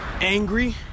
angry